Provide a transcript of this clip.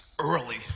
Early